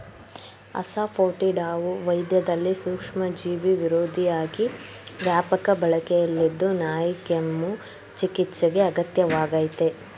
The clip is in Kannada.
ಅಸಾಫೋಟಿಡಾವು ವೈದ್ಯದಲ್ಲಿ ಸೂಕ್ಷ್ಮಜೀವಿವಿರೋಧಿಯಾಗಿ ವ್ಯಾಪಕ ಬಳಕೆಯಲ್ಲಿದ್ದು ನಾಯಿಕೆಮ್ಮು ಚಿಕಿತ್ಸೆಗೆ ಅಗತ್ಯ ವಾಗಯ್ತೆ